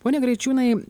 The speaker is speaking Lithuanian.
pone greičiūnai